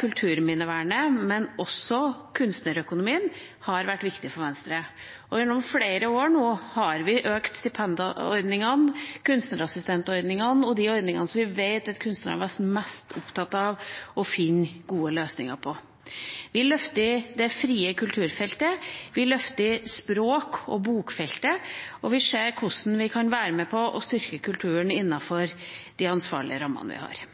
kulturminnevernet, men også kunstnerøkonomien, har vært viktig for Venstre, og gjennom flere år har vi økt stipendordningene, kunstnerassistentordningene og de ordningene som vi vet at kunstnerne har vært mest opptatt av å finne gode løsninger på. Vi løfter det frie kulturfeltet, vi løfter språk- og bokfeltet, og vi ser hvordan vi kan være med på å styrke kulturen innenfor de ansvarlige rammene vi har.